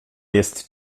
jest